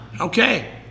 Okay